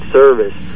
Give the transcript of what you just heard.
service